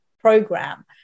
program